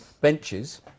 benches